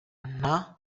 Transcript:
nta